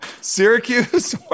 Syracuse